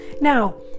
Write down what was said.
now